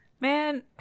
Man